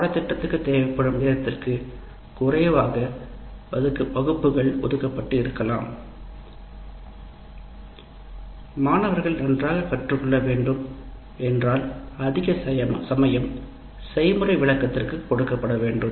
பாட திட்டத்திற்கு தேவைப்படும் நேரத்திற்கு குறைவாக வகுப்புகள் ஒதுக்கப்பட்டு இருக்கலாம் கற்றுக்கொள்ள வேண்டும் என்றால் அதிக சமயம் செய்முறை விளக்கத்திற்கு கொடுக்கப்பட வேண்டும்